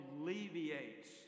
alleviates